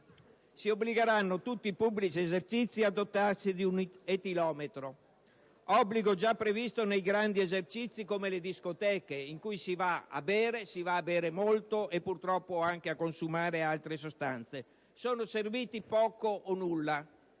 si obbligheranno tutti i pubblici esercizi a dotarsi di un etilometro, obbligo già previsto nei grandi esercizi come le discoteche, in cui si va a bere, si va a bere molto e purtroppo anche a consumare altre sostanze. Sono serviti a poco o nulla.